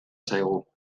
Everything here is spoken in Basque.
zaigu